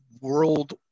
world